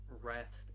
rest